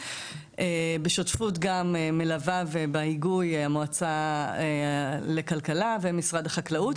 בשותפות גם מלווה ובהיגוי המועצה לכלכה ומשרד החקלאות,